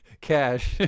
cash